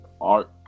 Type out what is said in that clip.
art